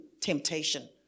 temptation